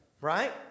Right